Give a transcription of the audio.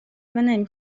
نمی